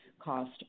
cost